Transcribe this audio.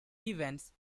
events